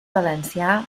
valencià